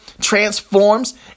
transforms